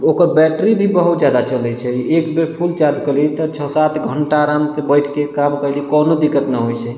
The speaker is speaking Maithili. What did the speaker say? ओकर बैटरी भी बहुत जादा चलै छै एक बेर फुल चार्ज कयलीह तऽ छओ सात घण्टा आरामसँ बैठके काम कयलीह कोनो दिक्कत नहि होइ छै